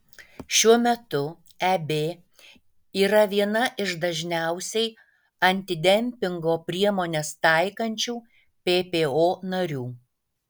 šiuo metu eb yra viena iš dažniausiai antidempingo priemones taikančių ppo narių